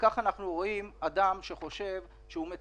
אפשר עוד הערה אחת לפני שאני הולך?